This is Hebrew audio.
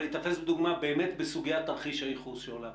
אבל להיתפס בדוגמה באמת בסוגיית תרחיש הייחוס שעולה פה,